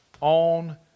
on